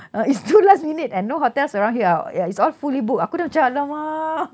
uh it's too last minute and no hotels around here ah ya it's all fully book aku dah macam !alamak!